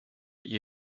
ihr